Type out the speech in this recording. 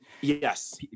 yes